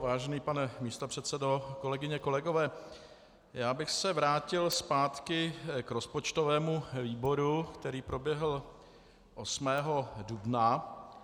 Vážený pane místopředsedo, kolegyně, kolegové, já bych se vrátil zpátky k rozpočtovému výboru, který proběhl 8. dubna.